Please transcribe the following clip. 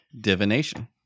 Divination